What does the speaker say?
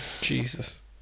Jesus